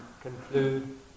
conclude